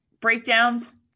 breakdowns